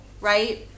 right